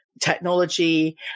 technology